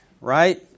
right